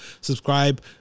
Subscribe